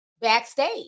backstage